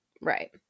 Right